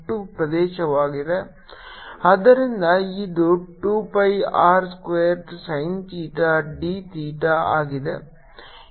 ಆದ್ದರಿಂದ ಇದು 2 pi R square sin theta d theta ಆಗಿದೆ